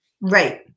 Right